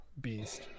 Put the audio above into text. beast